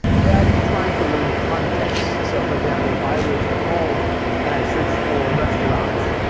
that is trying to learn context. so for example, if i was at home and i search for restaurants,